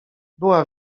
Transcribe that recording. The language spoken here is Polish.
była